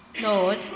Lord